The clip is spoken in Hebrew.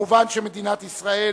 מובן שמדינת ישראל